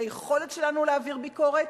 ליכולת שלנו להעביר ביקורת,